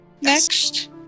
next